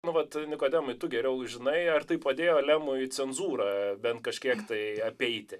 nu vat nikodemai tu geriau žinai ar tai padėjo lemui cenzūrą bent kažkiek tai apeiti